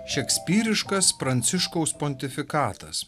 šekspyriškas pranciškaus pontifikatas